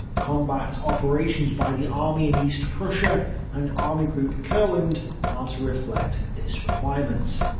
combat operations by the army in east prussia and army group courland are to reflect this requirement.